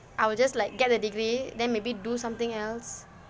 I will just like get a degree then maybe do something else